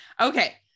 okay